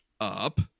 up